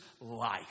life